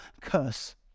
curse